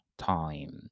time